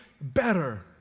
better